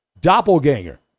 doppelganger